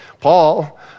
paul